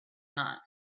not